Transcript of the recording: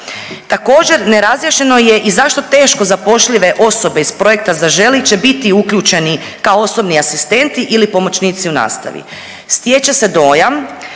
Također nerazjašnjeno je i zašto teško zapošljive osobe iz projekta Zaželi će biti uključeni kao osobni asistenti ili pomoćnici u nastavi. Stječe se dojam